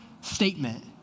statement